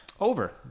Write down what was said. Over